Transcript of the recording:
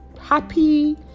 happy